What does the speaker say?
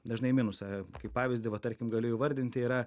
dažnai į minusą kaip pavyzdį va tarkim galiu įvardinti yra